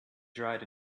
dried